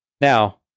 Now